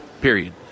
period